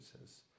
says